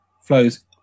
flows